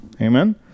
Amen